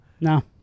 No